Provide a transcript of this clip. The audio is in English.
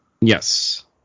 Yes